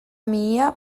mihia